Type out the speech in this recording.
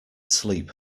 sleep